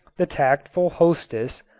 the tactful hostess,